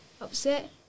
upset